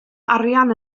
arian